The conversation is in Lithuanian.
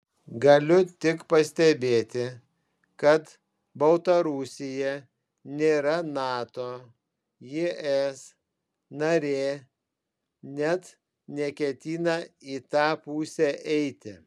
galiu tik pastebėti kad baltarusija nėra nato es narė net neketina į tą pusę eiti